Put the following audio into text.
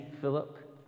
Philip